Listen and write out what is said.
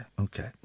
Okay